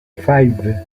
five